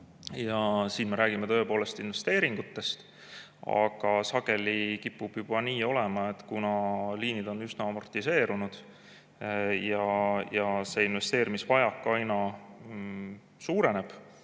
Siin me räägime tõepoolest investeeringutest. Aga kipub nii olema, et kuna liinid on sageli üsna amortiseerunud ja investeerimisvajak aina suureneb,